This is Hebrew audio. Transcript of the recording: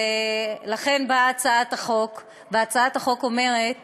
לכן באה הצעת החוק, והצעת החוק אומרת